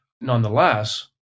nonetheless